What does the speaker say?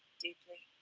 deeply.